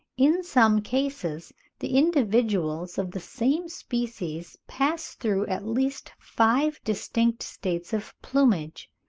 in some cases the individuals of the same species pass through at least five distinct states of plumage.